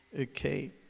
okay